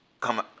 come